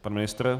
Pan ministr?